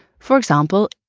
for example,